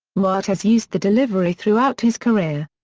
newhart has used the delivery throughout his career.